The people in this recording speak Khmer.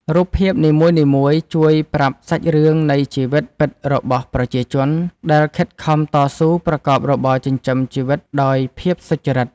រូបភាពនីមួយៗជួយប្រាប់សាច់រឿងនៃជីវិតពិតរបស់ប្រជាជន ដែលខិតខំតស៊ូប្រកបរបរចិញ្ចឹមជីវិតដោយភាពសុចរិត។